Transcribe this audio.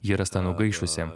ji rasta nugaišusi